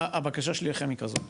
הבקשה שלי אליכם היא כזאת: